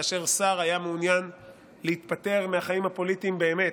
כאשר שר היה מעוניין להתפטר מהחיים הפוליטיים באמת,